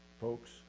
Folks